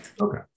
Okay